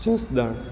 Jasdan